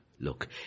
Look